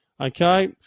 Okay